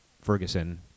Ferguson